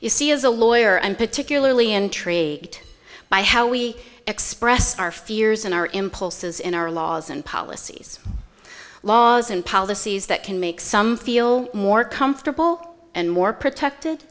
you see as a lawyer and particularly intrigued by how we express our fears and our impulses in our laws and policies laws and policies that can make some feel more comfortable and more protected